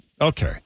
Okay